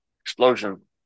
explosion